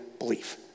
belief